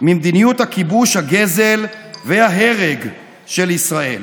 ממדיניות הכיבוש, הגזל וההרג של ישראל.